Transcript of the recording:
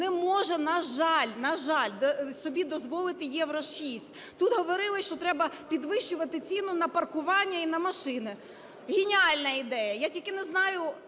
на жаль, на жаль, собі дозволити "Євро-6". Тут говорили, що треба підвищувати ціну на паркування і на машини. Геніальна ідея.